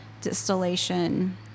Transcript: distillation